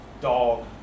dog